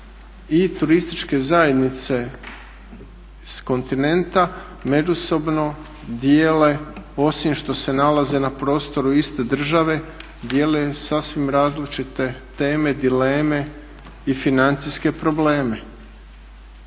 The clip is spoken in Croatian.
i turističke zajednice s kontinenta međusobno dijele, osim što se nalaze na prostoru iste države dijele sasvim različite teme, dileme i financijske probleme.